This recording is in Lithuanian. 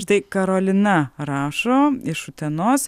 štai karolina rašo iš utenos